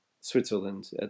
Switzerland